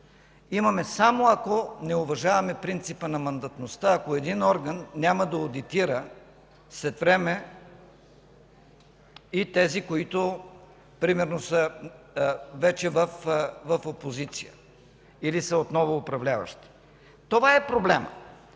имаме само ако не уважаваме принципа на мандатността, ако един орган няма да одитира след време и тези, които, примерно, са вече в опозиция или са отново управляващи. Това е проблемът.